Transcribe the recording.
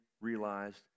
realized